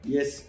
Yes